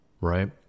right